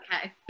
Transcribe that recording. Okay